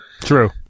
True